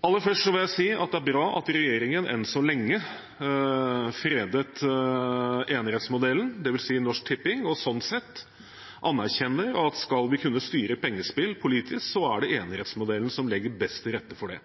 Aller først vil jeg si at det er bra at regjeringen enn så lenge freder enerettsmodellen – dvs. Norsk Tipping – og sånn sett anerkjenner at skal vi kunne styre pengespill politisk, er det enerettsmodellen som legger best til rette for det.